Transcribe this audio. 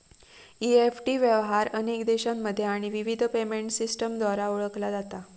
EFT व्यवहार अनेक देशांमध्ये आणि विविध पेमेंट सिस्टमद्वारा ओळखला जाता